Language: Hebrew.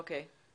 אוקיי.